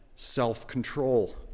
Self-control